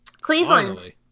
Cleveland